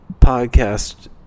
podcast